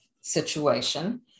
situation